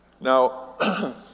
now